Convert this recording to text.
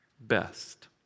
best